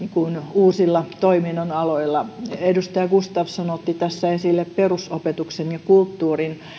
uusilla toiminnan aloilla edustaja gustafsson otti tässä esille perusopetuksen ja kulttuurin